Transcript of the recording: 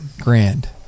Grand